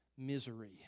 misery